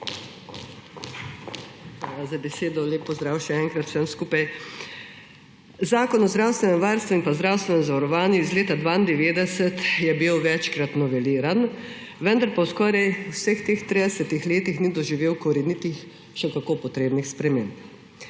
za besedo. Lep pozdrav še enkrat vsem skupaj! Zakon o zdravstvenem varstvu in zdravstvenem zavarovanju iz leta 1992 je bil večkrat noveliran, vendar pa skoraj v vseh teh 30 letih ni doživel korenitih in še kako potrebnih sprememb.